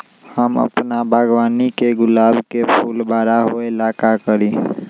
हम अपना बागवानी के गुलाब के फूल बारा होय ला का करी?